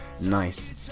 nice